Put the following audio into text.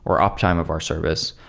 or op time of our service.